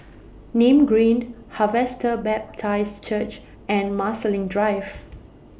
Nim Green Harvester Baptist Church and Marsiling Drive